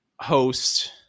host